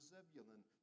Zebulun